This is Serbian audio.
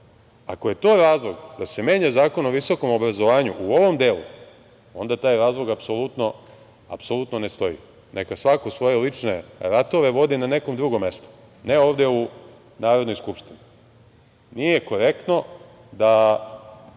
Ako je to razlog da se menja Zakon o visokom obrazovanju u ovom delu, onda taj razlog apsolutno ne stoji. Neka svako svoje lične ratove vodi na nekom drugom mestu, ne ovde u Narodnoj skupštini. Nije korektno. Ovaj